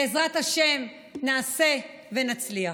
בעזרת השם נעשה ונצליח.